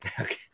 okay